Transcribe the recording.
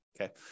Okay